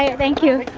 thank you.